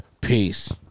Peace